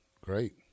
Great